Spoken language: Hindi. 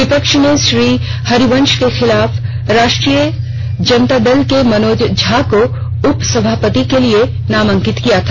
विपक्ष ने श्री हरिवंश के खिलाफ राष्ट्री य जनता दल के मनोज झा को उपसभापति के लिए नामित किया था